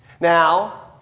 Now